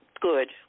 good